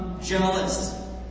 Jealous